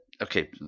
Okay